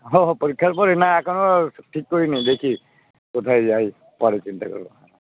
হো হো পরীক্ষার পরে না এখনও ঠিক করিনি দেখি কোথায় যাই পরে চিন্তা করবো হ্যাঁ